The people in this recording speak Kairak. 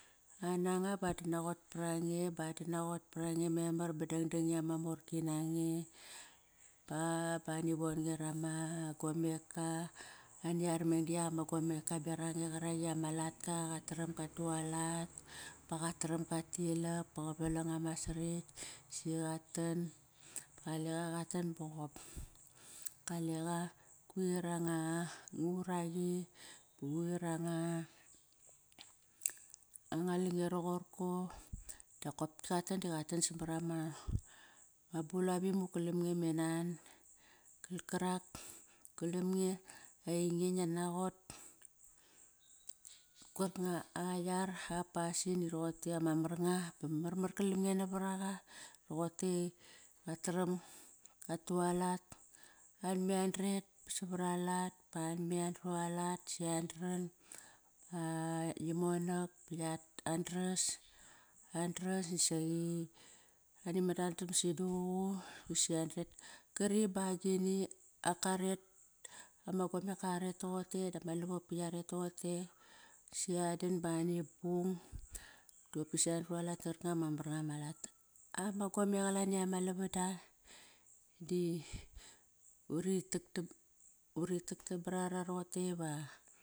Ananga ba an danaqot parange ba an danaqot par ange memar ba dang dangi ama morki nange. Ba, ba ani won nge rama gomeka. Ani ar meng di yak ama gomeka beraq qange qarak iama latka, qataram gat tualat, qataram gat tilak ba qavalang ama sarekt si qatan qaleqa. Qatan boqop kaleqa, quir anga uraqi quir anga lang, roqor ko dokop qatan di qatan samar ama ma bulap imuk galam nge me nan. Kal karak galam nge, ainge ngia naqot kar nga a yar a pasin iroqotei ama mar nga ba marmar kalam nge navar aqa roqotei qataram qat tualat, ba anme andret savar alat ba an me andrualat si an dran. Qi monak ba andras, andras nakt saqi ani manatam si duququ si andret. Kari ba agini, ak karet ama gomeka qaret toqote dap ma lavopki ya ret toqote si adar ba ani bung dokopsi an dualat na qarkanga ma mar nga ma lat. Ama gome qalani ama lavada di, uri taktam barara, uri taktam barara roqote va.